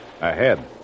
Ahead